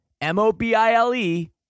M-O-B-I-L-E